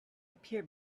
appear